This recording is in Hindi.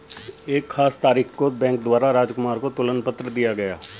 एक खास तारीख को बैंक द्वारा राजकुमार को तुलन पत्र दिया गया